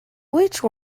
which